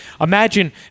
imagine